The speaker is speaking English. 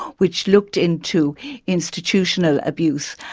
which looked into institutional abuse.